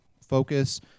focus